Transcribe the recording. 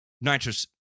nitrous